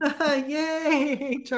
Yay